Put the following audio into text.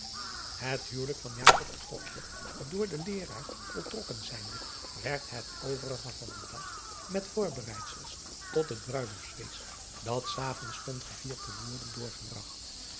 et huwelijk van en door den eeraar voltrokken zijnde werd het overige van den dag met voorbereidsels tot het bruiloftsfeest dat s avonds stond gevierd te worden doorgebragt